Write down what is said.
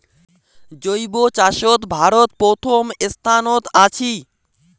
জৈব চাষত ভারত প্রথম স্থানত আছি